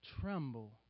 tremble